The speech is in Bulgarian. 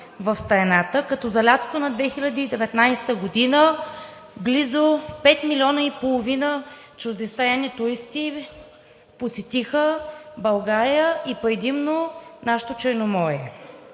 в страната, като за лятото на 2019 г. близо пет милиона и половина чуждестранни туристи посетиха България и предимно нашето Черноморие.